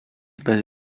bez